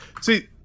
See